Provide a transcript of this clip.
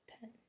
pen